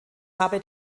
habe